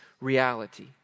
reality